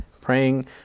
praying